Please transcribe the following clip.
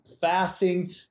fasting